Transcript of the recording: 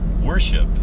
Worship